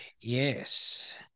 yes